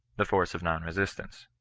the force of non-resistance.